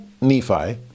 Nephi